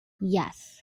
yes